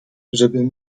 żebym